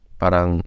parang